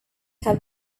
have